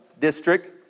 district